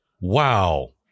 wow